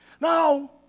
now